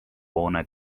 hoone